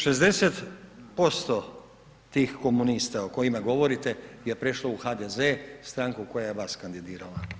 60% tih komunista o kojima govorite, je prešlo u HDZ, stranku koja je vas kandidirala.